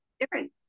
different